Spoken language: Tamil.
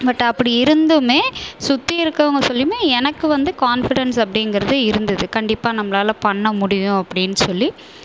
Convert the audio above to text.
பட் அப்படி இருந்துமே சுற்றி இருக்கவங்க சொல்லியுமே எனக்கு வந்து கான்ஃபிடன்ஸ் அப்படிங்கறது இருந்தது கண்டிப்பாக நம்மளால பண்ண முடியும் அப்படினு சொல்லி